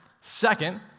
Second